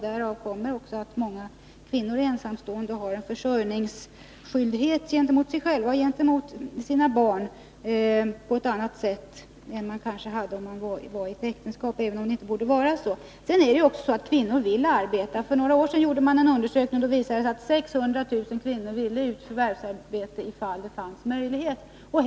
Därav kommer det sig att många kvinnor är ensamstående och har en försörjningsskyldighet både gentemot sig själva och sina barn på ett helt annat sätt än de kanske hade haft i ett äktenskap — trots att det inte borde vara så. Det är också så, att kvinnor vill arbeta. För några år sedan gjordes en undersökning som visade att 600 000 kvinnor ville förvärvsarbeta ifall det fanns möjlighet till det.